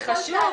זה חשוב,